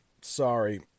sorry